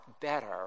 better